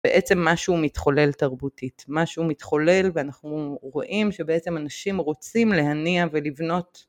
בעצם משהו מתחולל תרבותית, משהו מתחולל ואנחנו רואים שבעצם אנשים רוצים להניע ולבנות